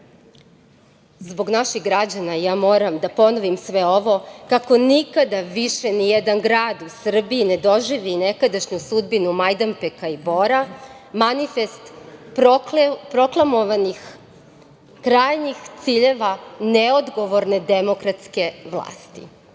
naših građana moram da ponovim sve ovo, da nikada više nijedan grad u Srbiji ne doživi nekadašnju sudbinu Majdanpeka i Bora, manifest proklamovanih krajnjih ciljeva neodgovorne demokratske vlasti.